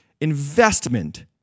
Investment